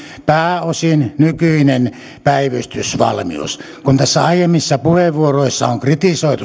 pääosin nykyinen päivystysvalmius kun aiemmissa puheenvuoroissa on kritisoitu